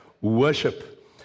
worship